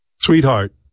Sweetheart